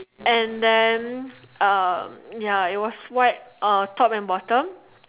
and then um ya it was white uh top and bottom